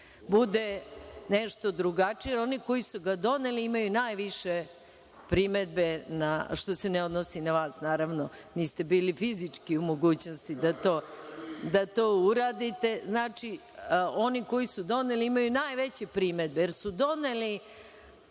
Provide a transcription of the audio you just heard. bude nešto drugačije. Oni koji su ga doneli imaju najviše primedbe, što se ne odnosi na vas naravno, niste bili fizički u mogućnosti da to uradite. Znači, oni koji su doneli imaju najveće primedbe, jer su doneli